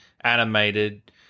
animated